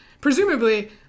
presumably